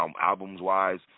Albums-wise